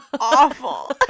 awful